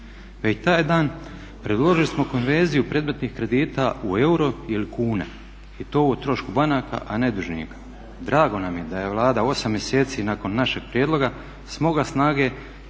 Na taj dan predložili smo konverziju predmetnih kredita u euro ili kune i to u trošku banaka, a ne dužnika. Drago nam je da je Vlada 8 mjeseci nakon našeg prijedloga smogla snage da